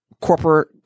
corporate